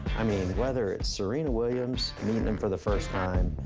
i mean whether it's serena williams meeting them for the first time. and